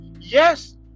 yes